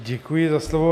Děkuji za slovo.